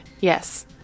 yes